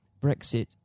Brexit